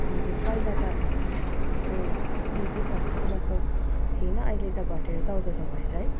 हजुर पहिला त त्यो उयो थियो नि त सोह्र सौ थियो होइन अहिले त घटेर चौध सौ भएछ है